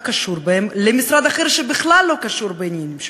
קשור בהם למשרד אחר שבכלל לא קשור בעניינים שלהם?